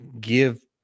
give